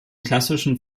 klassischen